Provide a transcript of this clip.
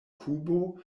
kubo